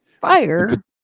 fire